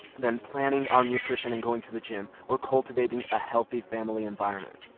than planning our nutrition and going to the gym, or cultivating a healthy family environment?